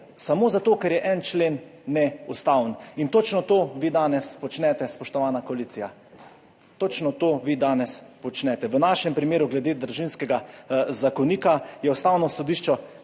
samo zato, ker je en člen neustaven. In točno to vi danes počnete, spoštovana koalicija. Točno to vi danes počnete. V našem primeru glede Družinskega zakonika je Ustavno sodišče